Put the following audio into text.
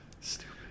Stupid